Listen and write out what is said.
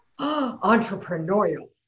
entrepreneurial